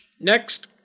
next